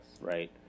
Right